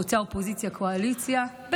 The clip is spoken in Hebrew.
שחוצה אופוזיציה וקואליציה,